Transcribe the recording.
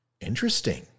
Interesting